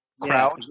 crowd